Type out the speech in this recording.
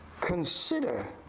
consider